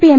P M